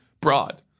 broad